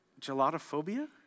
Gelatophobia